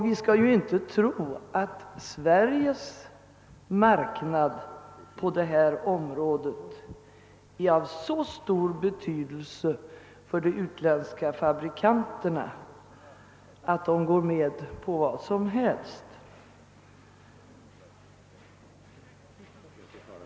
Vi skall inte tro att den svenska marknaden härvidlag är av så stor betydelse för de utländska fabrikanterna att de går med på vad som helst.